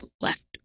left